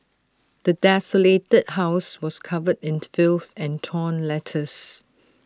the desolated house was covered in filth and torn letters